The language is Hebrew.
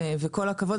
כל הכבוד.